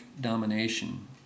domination